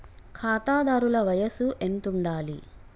ఖాతాదారుల వయసు ఎంతుండాలి?